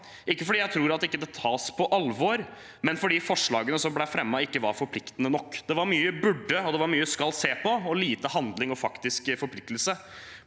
ikke fordi jeg tror at det ikke tas på alvor, men fordi forslagene som ble fremmet, ikke var forpliktende nok. Det var mye «burde», og det var mye «skal se på», men lite handling og faktisk forpliktelse.